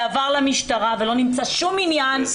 זה עבר למשטרה ולא נמצא שום עניין,